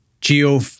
geo